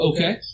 Okay